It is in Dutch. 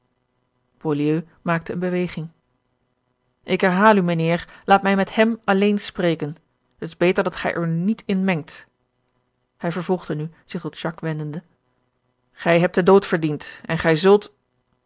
maakte eene beweging ik herhaal u mijnheer laat mij met hem alleen spreken het is beter dat gij er u niet in mengt hij vervolgde nu zich tot jacques wendende gij hebt den dood verdiend en gij zult